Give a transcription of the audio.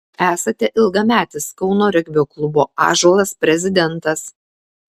esate ilgametis kauno regbio klubo ąžuolas prezidentas